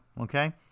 okay